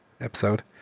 episode